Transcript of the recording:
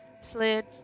Slid